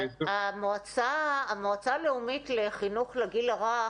המועצה הלאומית לחינוך לגיל הרך,